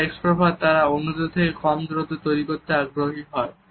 এবং যারা এক্সট্রোভার্ট তারা অন্যদের সাথে কম দূরত্ব তৈরি করতে আগ্রহী হয়